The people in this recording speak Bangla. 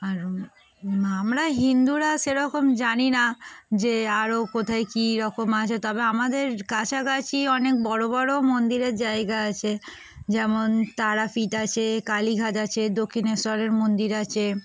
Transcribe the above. আর আমরা হিন্দুরা সেরকম জানি না যে আরও কোথায় কী রকম আছে তবে আমাদের কাছাকাছি অনেক বড় বড় মন্দিরের জায়গা আছে যেমন তারাপীঠ আছে কালীঘাট আছে দক্ষিণেশ্বরের মন্দির আছে